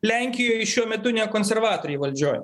lenkijoj šiuo metu ne konservatoriai valdžioj